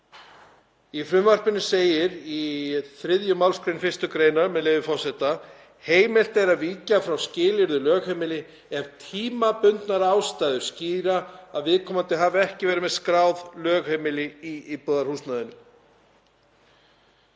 Í frumvarpinu segir í 3. mgr. 1. gr., með leyfi forseta: „Heimilt er að víkja frá skilyrði um lögheimili ef tímabundnar aðstæður skýra að viðkomandi hafi ekki verið með skráð lögheimili í íbúðarhúsnæðinu.“